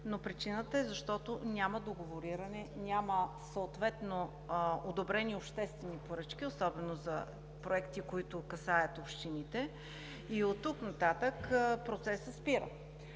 но причината е, че няма договориране, няма съответно одобрени обществени поръчки, особено за проекти, които касаят общините и оттук нататък процесът спира.